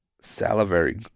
salivary